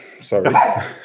sorry